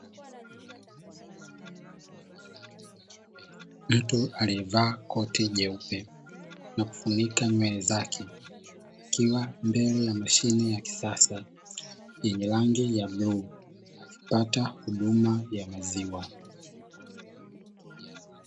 Mtu aliyevaa koti jeupe, na kufunika nywele zake akiwa mbele ya mashine ya kisasa, yenye rangi ya bluu akipata huduma ya maziwa.